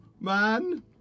man